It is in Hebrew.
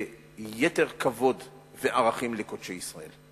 ליתר כבוד וערכים לקודשי ישראל.